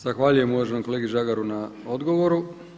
Zahvaljujem uvaženom kolegi Žagaru na odgovoru.